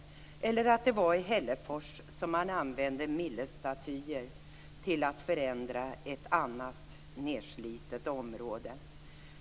Det är heller ingen slump att det var i Hällefors man använde Millesstatyer till att förändra ett annat nedslitet område.